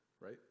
right